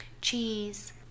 Cheese